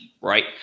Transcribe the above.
right